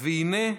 "והינה,